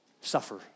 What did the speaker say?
Suffer